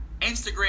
Instagram